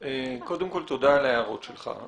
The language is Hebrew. דוקטור צרפתי, תודה על ההערות שלך.